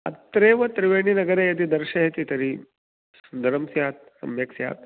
अत्रैव त्रिवेणीनगरे यदि दर्शयति तर्हि सुन्दरं स्यात् सम्यक् स्यात्